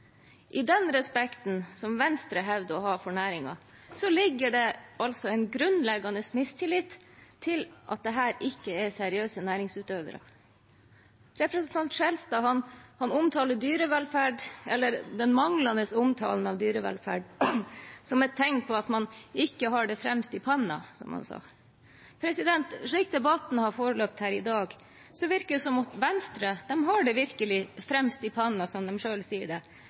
nettopp den frasen. I respekten som Venstre hevder å ha for næringen, ligger det altså en grunnleggende mistillit til at dette ikke er seriøse næringsutøvere. Representanten Skjelstad ser den manglende omtalen av dyrevelferd som et tegn på at man ikke har det fremst i panna, som han sa. Slik debatten har forløpt her i dag, virker det som om Venstre virkelig har det fremst i panna, som de selv sier det,